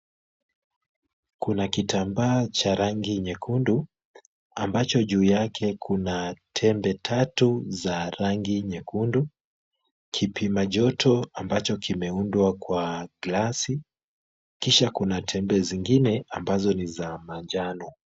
Kuna kitambaa cha rangi nyekundu ambacho juu yake kuna tembe tatu za rangi nyekundu, kipima joto ambacho kimeundwa kwa glasi, kisha kuna tembe zingine ambazo ni za manjano.